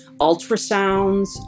Ultrasounds